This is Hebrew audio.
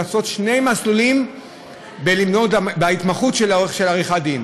לעשות שני מסלולים בהתמחות של עריכת דין: